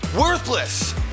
Worthless